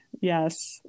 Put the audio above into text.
Yes